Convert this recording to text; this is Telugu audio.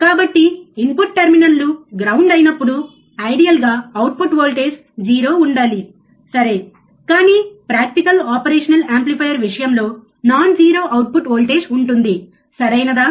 కాబట్టి ఇన్పుట్ టెర్మినల్ లు గ్రౌండ్ అయినప్పుడు ఐడియల్గా అవుట్పుట్ వోల్టేజ్ 0 ఉండాలి సరే కాని ప్రాక్టికల్ ఆపరేషనల్ యాంప్లిఫైయర్ విషయంలో నాన్ జీరో అవుట్పుట్ వోల్టేజ్ ఉంటుంది సరియైనదా